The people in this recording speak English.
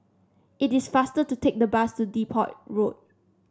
it is faster to take the bus to Depot Road